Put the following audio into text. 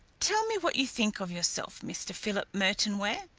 tell me what you think of yourself, mr. philip merton ware?